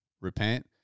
repent